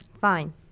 Fine